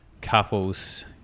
couples